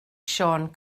siôn